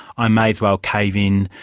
i may as well cave in',